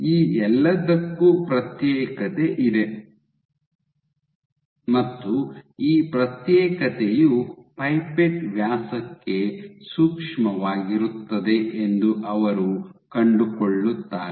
ಈ ಎಲ್ಲದಕ್ಕೂ ಪ್ರತ್ಯೇಕತೆ ಇದೆ ಮತ್ತು ಈ ಪ್ರತ್ಯೇಕತೆಯು ಪೈಪೆಟ್ ವ್ಯಾಸಕ್ಕೆ ಸೂಕ್ಷ್ಮವಾಗಿರುತ್ತದೆ ಎಂದು ಅವರು ಕಂಡುಕೊಳ್ಳುತ್ತಾರೆ